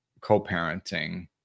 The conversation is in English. co-parenting